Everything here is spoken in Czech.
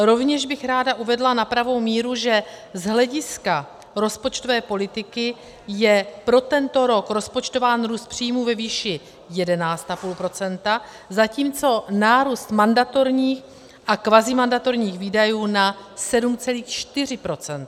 Rovněž bych ráda uvedla na pravou míru, že z hlediska rozpočtové politiky je pro tento rok rozpočtován růst příjmů ve výši 11,5 %, zatímco nárůst mandatorních a kvazimandatorních výdajů na 7,4 %.